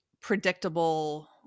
predictable